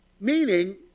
Meaning